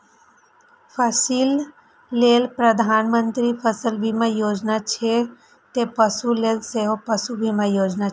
फसिल लेल प्रधानमंत्री फसल बीमा योजना छै, ते पशु लेल सेहो पशु बीमा योजना छै